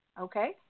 Okay